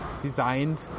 designed